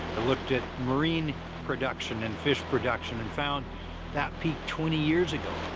i looked at marine production and fish production and found that peaked twenty years ago.